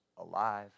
alive